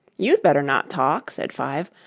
you'd better not talk said five.